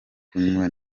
kunywa